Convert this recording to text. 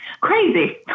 crazy